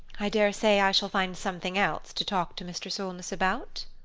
i daresay i shall find something else to talk to mr. solness about.